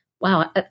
wow